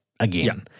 Again